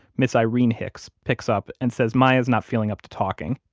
ms. irene hicks picks up and says, maya's not feeling up to talking.